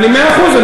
מאה אחוז.